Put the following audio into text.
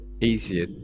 easier